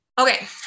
Okay